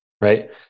Right